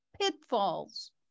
pitfalls